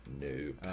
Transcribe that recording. Nope